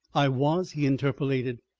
i was, he interpolated.